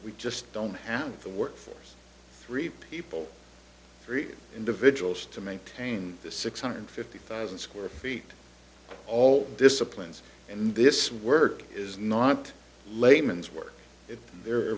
we just don't have the workforce three people three individuals to maintain the six hundred fifty thousand square feet all disciplines in this work is not layman's work if there are